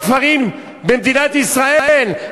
בכפרים במדינת ישראל,